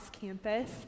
Campus